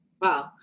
Wow